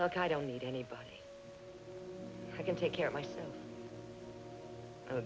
not i don't need anybody i can take care of my